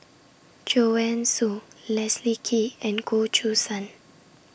Joanne Soo Leslie Kee and Goh Choo San